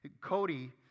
Cody